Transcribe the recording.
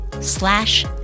slash